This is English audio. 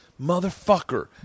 motherfucker